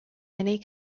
many